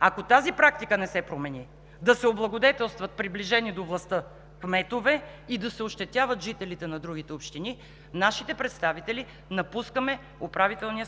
ако тази практика не се промени – да се облагодетелстват приближени до властта кметове и да се ощетяват жителите на другите общини, нашите представители напускат Управителния